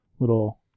little